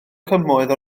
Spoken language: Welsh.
cymoedd